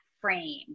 frame